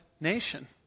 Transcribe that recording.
nation